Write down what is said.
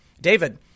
David